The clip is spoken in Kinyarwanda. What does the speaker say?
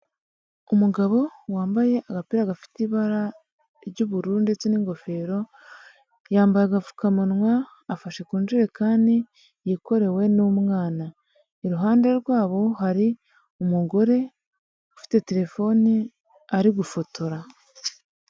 Umugabo wambaye agapira gafite ibara ry'ubururu ndetse n'ingofero, yambaye agapfukamunwa afashe kujerekani yikorewe n'umwana, iruhande rwabo hari umugore ufite telefoni ari gufotora.